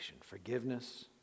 forgiveness